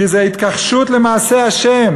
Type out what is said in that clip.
כי זה התכחשות למעשה ה'.